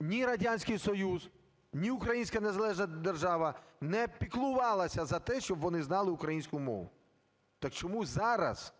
Ні Радянський Союз, ні українська незалежна держава не піклувалися за те, щоб вони знали українську мову. Так чому зараз